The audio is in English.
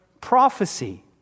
prophecy